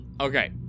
Okay